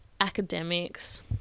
academics